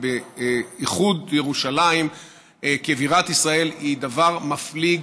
באיחוד ירושלים כבירת ישראל היא דבר מפליג,